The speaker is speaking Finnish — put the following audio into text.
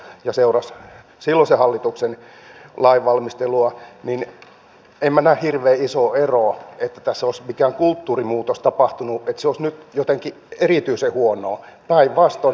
meillä on valtava määrä työpaikkoja niin että tässä on meillä pohdintaa kuka näitä tiettyjä töitä tekee